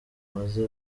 rumaze